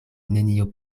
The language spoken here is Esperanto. nenio